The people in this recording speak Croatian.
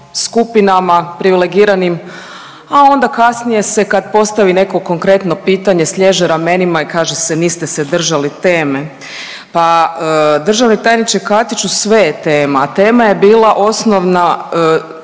skupinama privilegiranim, a onda kasnije se kad postavi neko konkretno pitanje sliježe ramenima i kaže se niste se držali teme. Pa državni tajniče Katiću sve je tema, tema je bila osnovna